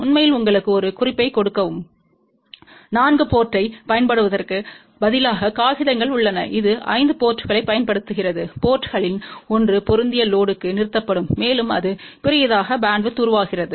உண்மையில் உங்களுக்கு ஒரு குறிப்பைக் கொடுக்கவும் 4 போர்ட்டைப் பயன்படுத்துவதற்குப் பதிலாக காகிதங்கள் உள்ளன இது 5 போர்ட்ங்களைப் பயன்படுத்துகிறது போர்ட்ங்களில் ஒன்று பொருந்திய லோடுக்கு நிறுத்தப்படும் மேலும் அது பெரியதாக பேண்ட்வித் உருவாகிறது